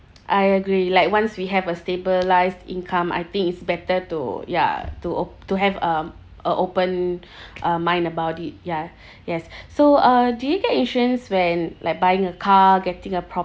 I agree like once we have a stabilised income I think it's better to ya to op~ to have um a open uh mind about it ya yes so uh do you get insurance when like buying a car getting a property